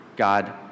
God